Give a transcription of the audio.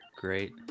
great